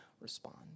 respond